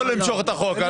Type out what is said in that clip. לא למשוך את החוק.